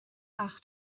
ach